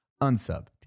unsub